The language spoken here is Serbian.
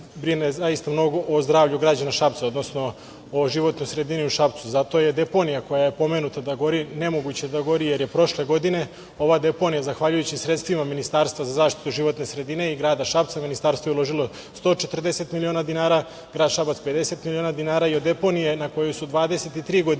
brine zaista mnogo o zdravlju građana Šapca, odnosno o životnoj sredini u Šapcu. Deponija koja je pomenuta da gori, nemoguće je da gori jer je prošle godine ova deponija, zahvaljujući sredstvima Ministarstva za zaštitu životne sredine i grada Šapca, Ministarstvo je uložilo 140 miliona dinara, grad Šabac 50 miliona dinara, jer deponija na koju su 23 godine